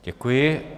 Děkuji.